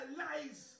lies